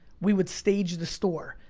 we would stage the store.